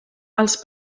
els